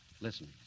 Listen